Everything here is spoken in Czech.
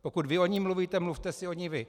Pokud vy o ní mluvíte, mluvte si o ní vy.